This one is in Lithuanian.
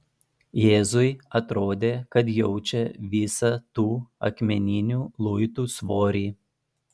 jėzui atrodė kad jaučia visą tų akmeninių luitų svorį